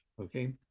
okay